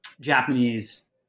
Japanese